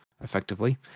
effectively